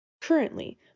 Currently